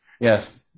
Yes